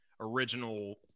Original